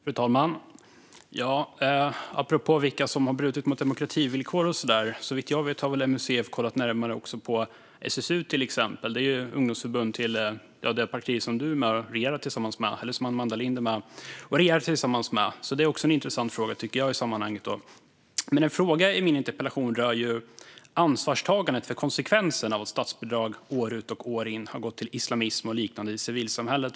Fru talman! Apropå vilka som har brutit mot demokrativillkor har såvitt jag vet MUCF kollat närmare också på till exempel SSU, ungdomsförbundet till det parti som Amanda Lind är med och regerar tillsammans med, så det tycker jag också är en intressant fråga i sammanhanget. En fråga i min interpellation rör ansvarstagandet för konsekvenserna av att statsbidrag år ut och år in har gått till islamism och liknande i civilsamhället.